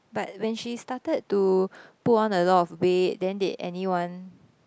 but when she started to put on a lot weight then did anyone